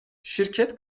şirket